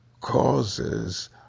causes